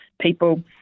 people